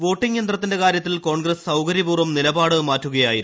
voting യന്ത്രത്തിന്റെ കാര്യത്തിൽ ക്ടോൺഗ്രസ്സ് സൌകര്യപൂർവ്വം നിലപാട് മാറ്റുകയായിരുന്നു